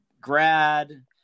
grad